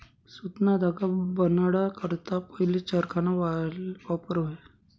सुतना धागा बनाडा करता पहिले चरखाना वापर व्हये